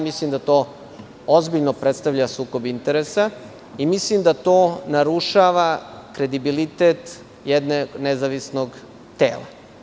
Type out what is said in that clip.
Mislim da to ozbiljno predstavlja sukob interesa i mislim da to narušava kredibilitet jednog nezavisnog tela.